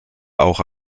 auch